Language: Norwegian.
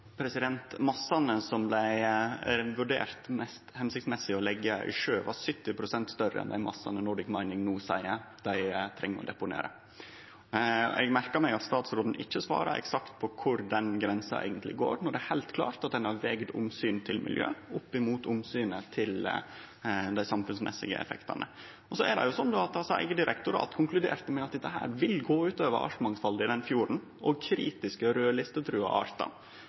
Massane som ein vurderte var høvelege å leggje i sjøen, var 70 pst. større enn dei massane Nordic Mining no seier at dei treng å deponere. Eg merkar meg at statsråden ikkje svarar eksakt på kvar den grensa eigentleg går, når det er heilt klart at ein har vege omsynet til miljø opp mot omsynet til dei samfunnsmessige effektane. Eige direktorat har konkludert med at dette vil gå ut over mangfaldet av artar i fjorden og kritisk raudlista og truga artar.